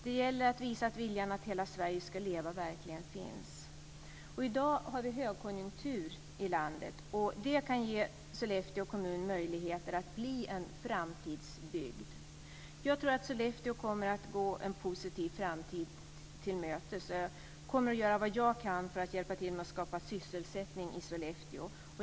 Det gäller att visa att viljan att hela Sverige ska leva verkligen finns. Vi har i dag högkonjunktur i landet. Det kan ge Sollefteå kommun möjligheter att bli en framtidsbygd. Jag tror att Sollefteå kommer att gå en positiv framtid till mötes, och jag kommer att göra vad jag kan för att hjälpa till att skapa sysselsättning i Sollefteå.